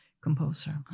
composer